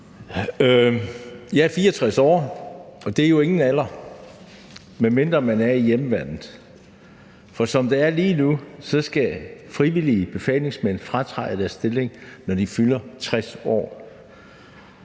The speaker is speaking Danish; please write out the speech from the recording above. Jeg er 64 år, og det er jo ingen regler alder – medmindre man er i hjemmeværnet, for som det er lige nu, skal frivillige befalingsmænd fratræde deres stilling, når de fylder 60 år.